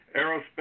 Aerospace